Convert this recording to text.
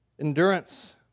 endurance